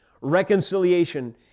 reconciliation